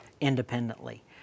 independently